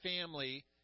family